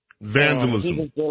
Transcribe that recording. Vandalism